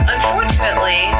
Unfortunately